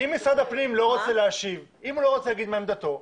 אם משרד הפנים לא רוצה להשיב ואם הוא לא רוצה להגיד מה עמדתו,